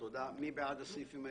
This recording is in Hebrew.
מי בעד הסעיפים?